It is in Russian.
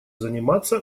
заниматься